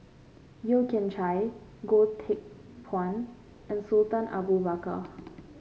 Yeo Kian Chye Goh Teck Phuan and Sultan Abu Bakar